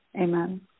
amen